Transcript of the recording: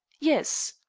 yes.